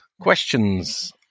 questions